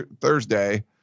Thursday